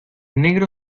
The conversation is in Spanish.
negro